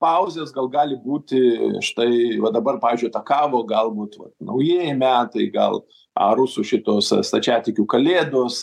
pauzės gal gali būti štai va dabar pavyzdžiui atakavo galbūt naujieji metai gal a rusų šitos stačiatikių kalėdos